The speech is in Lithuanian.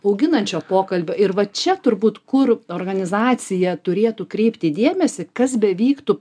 bauginančio pokalbio ir va čia turbūt kur organizacija turėtų kreipti dėmesį kas bevyktų